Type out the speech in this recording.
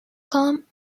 com